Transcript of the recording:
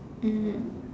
mmhmm